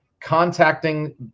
contacting